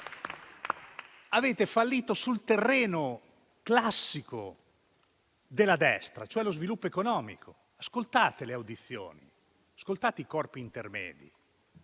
Avete fallito sul terreno classico della destra: lo sviluppo economico. Ascoltate le audizioni e i corpi intermedi,